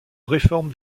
réforme